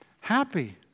happy